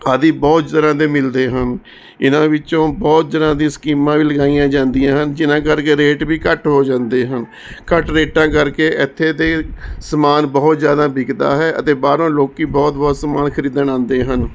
ਆਦਿ ਬਹੁਤ ਤਰ੍ਹਾਂ ਦੇ ਮਿਲਦੇ ਹਨ ਇਹਨਾਂ ਵਿੱਚੋਂ ਬਹੁਤ ਤਰ੍ਹਾਂ ਦੀ ਸਕੀਮਾਂ ਵੀ ਲਗਾਈਆਂ ਜਾਂਦੀਆਂ ਹਨ ਜਿਨ੍ਹਾਂ ਕਰਕੇ ਰੇਟ ਵੀ ਘੱਟ ਹੋ ਜਾਂਦੇ ਹਨ ਘੱਟ ਰੇਟਾਂ ਕਰਕੇ ਇੱਥੇ ਦੇ ਸਮਾਨ ਬਹੁਤ ਜ਼ਿਆਦਾ ਵਿਕਦਾ ਹੈ ਅਤੇ ਬਾਹਰੋਂ ਲੋਕ ਬਹੁਤ ਬਹੁਤ ਸਮਾਨ ਖਰੀਦਣ ਆਉਂਦੇ ਹਨ